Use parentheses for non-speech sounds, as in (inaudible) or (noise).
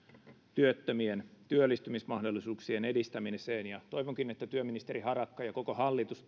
työttömien työllistymismahdollisuuksien edistämiseen ja toivonkin että työministeri harakka ja koko hallitus (unintelligible)